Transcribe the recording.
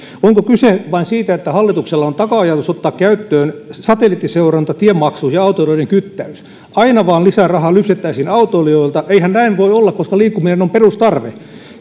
onko kyse vain siitä että hallituksella on taka ajatus ottaa käyttöön satelliittiseuranta tiemaksuihin ja autoilijoiden kyttäys aina vain lisää rahaa lypsettäisiin autoilijoilta eihän näin voi olla koska liikkuminen on perustarve